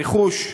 רכוש.